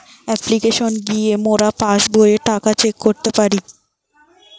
অপ্লিকেশনে গিয়ে মোরা পাস্ বইয়ের টাকা চেক করতে পারি